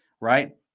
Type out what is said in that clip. right